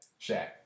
Shaq